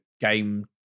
game